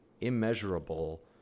immeasurable